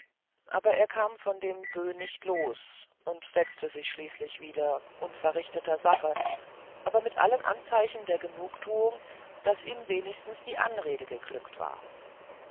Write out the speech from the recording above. aber er kam von dem böh nicht los und setzte sich schließlich wieder unverrichtetersache aber mit allen anzeichen der genugtuung daß ihm wenigstens die anrede geglückt war